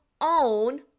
own